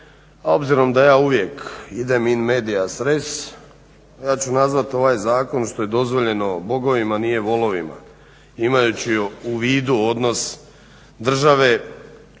obzirom da ja uvijek idem "in medias res" ja ću nazvati ovaj zakon što je dozvoljeno bogovima nije volovima, imajući u vidu odnos države prema